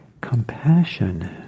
compassion